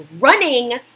running